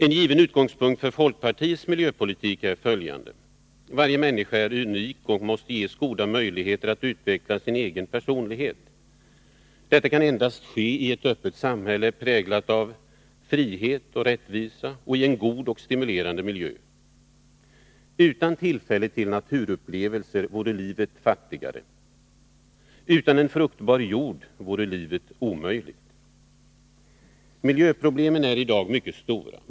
En given utgångspunkt för folkpartiets miljöpolitik är följande: Varje människa är unik och måste ges goda möjligheter att utveckla sin egen personlighet. Detta kan endast ske i ett öppet samhälle, präglat av frihet och rättvisa, och i en god och stimulerande miljö. Utan tillfälle till naturupplevelser vore livet fattigare. Utan en fruktbar jord vore livet omöjligt. Miljöproblemen är i dag mycket stora.